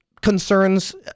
concerns